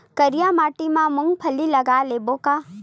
करिया माटी मा मूंग फल्ली लगय लेबों का?